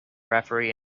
referee